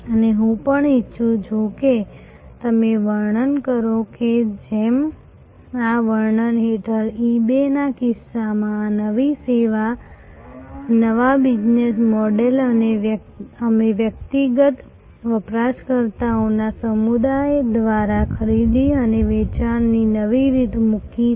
અને હું પણ ઈચ્છું છું કે તમે વર્ણન કરો કે જેમ આ વર્ણન હેઠળ eBay ના કિસ્સામાં આ નવી સેવા નવા બિઝનેસ મોડલ અમે વ્યક્તિગત વપરાશકર્તાઓના સમુદાય દ્વારા ખરીદી અને વેચાણની નવી રીત મૂકી છે